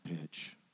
pitch